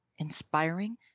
inspiring